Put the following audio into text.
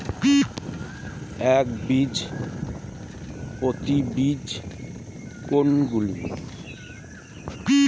একবীজপত্রী বীজ কোন গুলি?